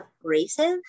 abrasive